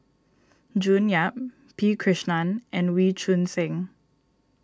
June Yap P Krishnan and Wee Choon Seng